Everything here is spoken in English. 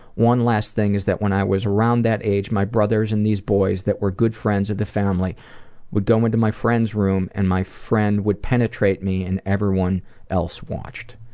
one last thing is when i was around that age, my brothers and these boys that were good friends of the family would go into my friend's room and my friend would penetrate me and everyone else watched.